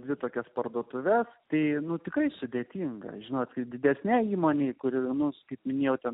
dvi tokias parduotuves tai nu tikrai sudėtinga žinoti didesnei įmonei kuri mus kaip minėjote